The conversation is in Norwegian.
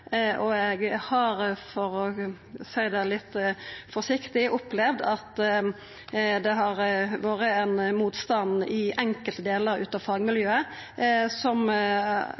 problematikken. Eg har – for å seia det litt forsiktig – opplevd at det har vore ein motstand i enkelte delar av fagmiljøet som